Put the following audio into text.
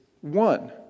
one